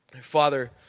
Father